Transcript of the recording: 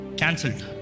cancelled